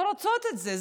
לא רוצות את זה.